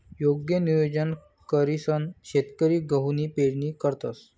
योग्य नियोजन करीसन शेतकरी गहूनी पेरणी करतंस